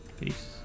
Peace